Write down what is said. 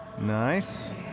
Nice